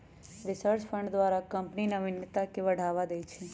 research fund द्वारा company नविनता के बढ़ावा दे हइ